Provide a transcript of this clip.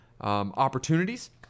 opportunities